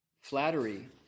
Flattery